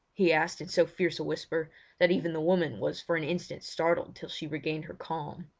he asked, in so fierce a whisper that even the woman was for an instant startled till she regained her calm.